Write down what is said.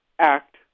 act